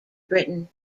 britain